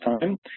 time